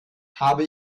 habe